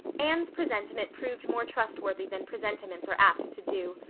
anne's presentiment proved more trustworthy than presentiments are apt to do.